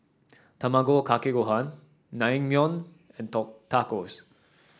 Tamago Kake Gohan Naengmyeon and Tacos